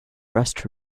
rust